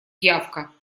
пиявка